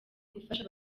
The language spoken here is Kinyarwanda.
gufasha